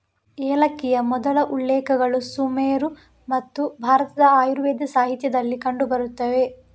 ಏಲಕ್ಕಿಯ ಮೊದಲ ಉಲ್ಲೇಖಗಳು ಸುಮೇರು ಮತ್ತು ಭಾರತದ ಆಯುರ್ವೇದ ಸಾಹಿತ್ಯದಲ್ಲಿ ಕಂಡು ಬರುತ್ತವೆ